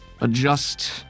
adjust